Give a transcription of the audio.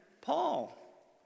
Paul